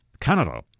Canada